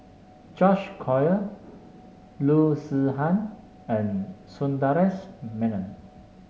George Collyer Loo Zihan and Sundaresh Menon